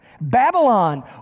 Babylon